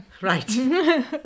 right